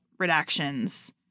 redactions